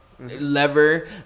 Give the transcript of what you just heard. lever